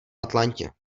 atlantě